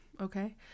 okay